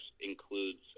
includes